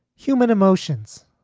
human emotions.